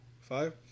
Five